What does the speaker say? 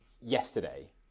yesterday